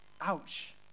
Ouch